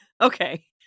Okay